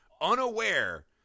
unaware